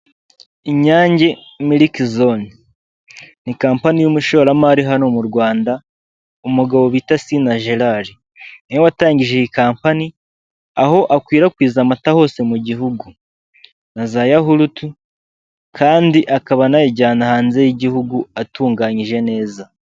Inyange miliki zone ni kampani y'umushoramari hano mu Rwanda, umugabo bita Sina Gérard niwe watangije iyi kampani, aho akwirakwiza amata hose mu gihugu na za yahurute kandi akaba anayajyana hanze y'igihugu atunganyije neza.